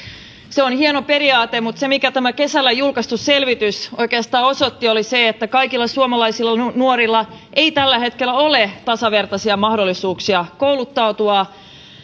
se on hieno periaate mutta se minkä tämä kesällä julkaistu selvitys oikeastaan osoitti oli se että kaikilla suomalaisilla nuorilla ei tällä hetkellä ole tasavertaisia mahdollisuuksia kouluttautua